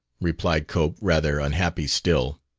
replied cope, rather unhappy still.